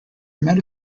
meta